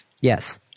Yes